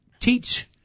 teach